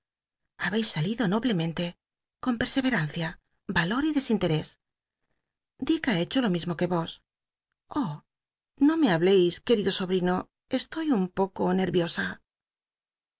habéis salido noblemente con perseverancia valor y desinterés diga hecho lo mismo que ros oh no me habicis querido sobrino estoy un poco nerviosa